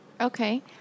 Okay